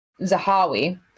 Zahawi